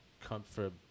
comfort